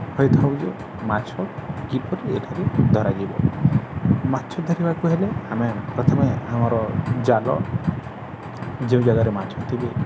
ହୋଇଥାଉ ଯେ ମାଛ କିପରି ଏଠାରେ ଧରାଯିବ ମାଛ ଧରିବାକୁ ହେଲେ ଆମେ ପ୍ରଥମେ ଆମର ଜାଲ ଯେଉଁ ଜାଗାରେ ମାଛ ଥିବେ